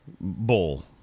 Bowl